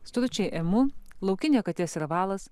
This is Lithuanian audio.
stručiai emu laukinė katė sirvalas